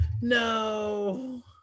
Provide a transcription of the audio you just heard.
No